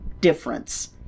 difference